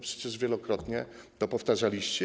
Przecież wielokrotnie to powtarzaliście.